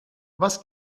was